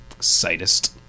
sightest